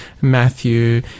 Matthew